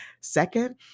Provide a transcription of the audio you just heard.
Second